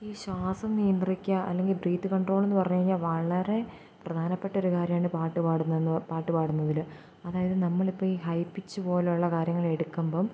ഈ ശ്വാസം നിയന്ത്രിക്കാൻ അല്ലെങ്കിൽ ബ്രീത് കണ്ട്രോള് എന്നു പറഞ്ഞു കഴിഞ്ഞാൽ വളരെ പ്രധാനപ്പെട്ടൊരു കാര്യമാണ് പാട്ട് പാടുന്നതെന്നു പാട്ടു പാടുന്നതിൽ അതായത് നമ്മളിപ്പോൾ ഈ ഹൈ പിച്ച് പോലെയുള്ള കാര്യങ്ങൾ എടുക്കുമ്പം